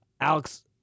Alex